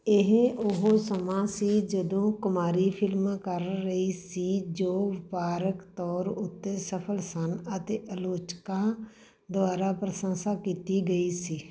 ਇਹ ਉਹ ਸਮਾਂ ਸੀ ਜਦੋਂ ਕੁਮਾਰੀ ਫ਼ਿਲਮਾਂ ਕਰ ਰਹੀ ਸੀ ਜੋ ਵਪਾਰਕ ਤੌਰ ਉੱਤੇ ਸਫਲ ਸਨ ਅਤੇ ਆਲੋਚਕਾਂ ਦੁਆਰਾ ਪ੍ਰਸ਼ੰਸਾ ਕੀਤੀ ਗਈ ਸੀ